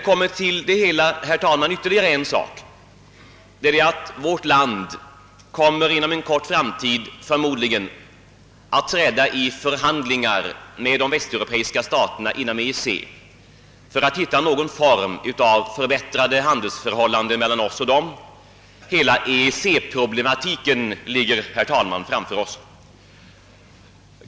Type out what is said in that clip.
Härtill kommer ytterligare en sak, nämligen att vårt land inom kort förmodligen kommer att träda i förhandlingar med de västeuropeiska staterna inom EEC för att hitta någon form av förbättrade handelsförhållanden mellan dem och oss. Hela EEC-problematiken ligger framför oss.